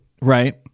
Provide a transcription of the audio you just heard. right